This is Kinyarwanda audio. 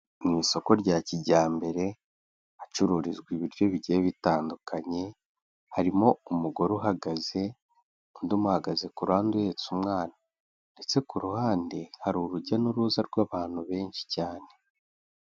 Mu isoko rya kijyambere hacururizwa ibiryo bigiye bitandukanye, harimo umugore uhagaze n'undi umuhagaze ku ruhande uhetse umwana ndetse ku ruhande hari urujya n'uruza rw'abantu benshi cyane.